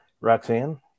Roxanne